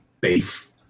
beef